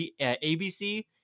ABC